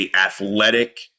athletic